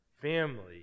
family